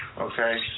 okay